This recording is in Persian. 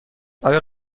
آیا